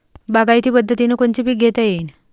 बागायती पद्धतीनं कोनचे पीक घेता येईन?